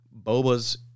Bobas